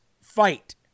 fight